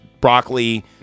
broccoli